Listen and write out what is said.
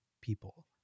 people